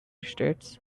states